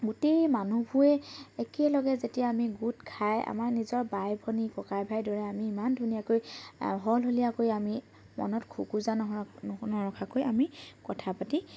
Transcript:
গোটেই মানুহবোৰে একেলগে যেতিয়া আমি গোট খাই আমাৰ নিজৰ বাই ভনী ককাই ভাইৰ দৰে আমি ইমান ধুনীয়াকৈ সলসলীয়াকৈ আমি মনত খোকোজা নৰখাকৈ আমি কথা পাতি